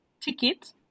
ticket